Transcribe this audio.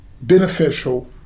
beneficial